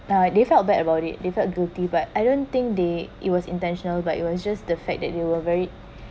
uh they felt bad about it they felt guilty but I don't think they it was intentional but it was just the fact that they were very